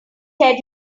said